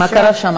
מה קרה שם?